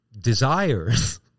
desires